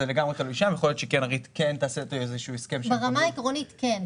יכול להיות שקרן ריט תעשה איזה שהוא הסכם -- ברמה העקרונית כן,